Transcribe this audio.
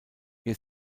ihr